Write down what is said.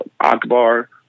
Akbar